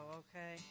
okay